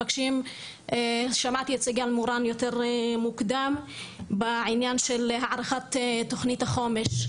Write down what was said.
שמעתי את סיגל מורן מוקדם יותר בעניין הערכת תוכנית החומש.